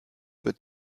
wird